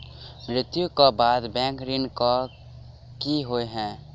मृत्यु कऽ बाद बैंक ऋण कऽ की होइ है?